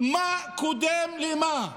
מה קודם למה?